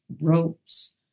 ropes